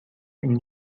این